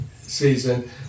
season